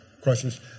questions